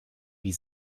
wie